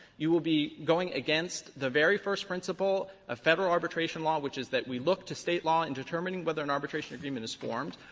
you will be going against the very first principle of federal arbitration law, which is that we look to state law in determining whether an arbitration agreement is formed,